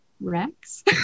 Rex